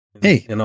Hey